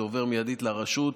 זה עובר מיידית לרשות.